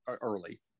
early